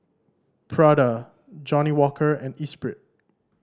Prada Johnnie Walker and Espirit